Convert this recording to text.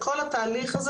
כל התהליך הזה